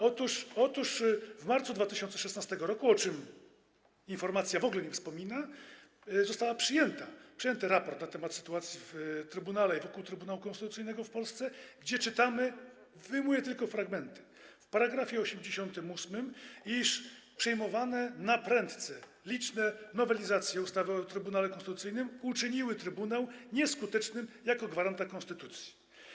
Otóż w marcu 2016 r., o czym informacja w ogóle nie wspomina, został przyjęty raport na temat sytuacji w trybunale i wokół Trybunału Konstytucyjnego w Polsce, gdzie czytamy - wyjmuję tylko fragmenty - w pkt 88, iż przyjmowane naprędce liczne nowelizacje ustawy o Trybunale Konstytucyjnym uczyniły trybunał nieskutecznym jako gwaranta konstytucji.